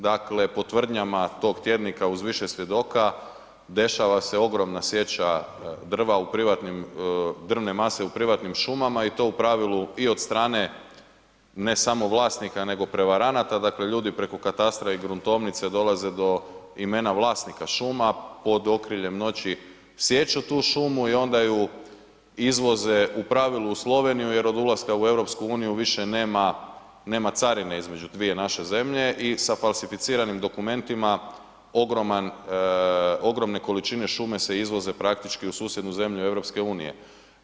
Dakle po tvrdnjama tog tjednika uz više svjedoka, dešava se ogromna sječa drvne mase u privatnim šumama i to u pravilu i od strane ne samo vlasnika nego prevaranata dakle ljudi preko katastra i gruntovnice dolaze do imena vlasnika šuma, pod okriljem noći sječu tu šumu i onda ju izvoze u pravilu u Sloveniju jer od ulaska u EU više nema carine između dvije naše zemlje i sa falsificiranim dokumentima ogromne količine šume se izvoze praktički u susjednu zemlju EU-a.